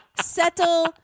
settle